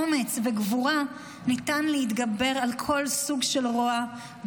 אומץ וגבורה אפשר להתגבר על כל סוג של רוע,